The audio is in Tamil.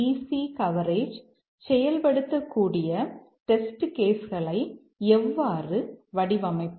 சி கவரேஜ் செயல்படுத்தக்கூடிய டெஸ்ட் கேஸ் களை எவ்வாறு வடிவமைப்பது